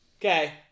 Okay